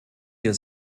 wir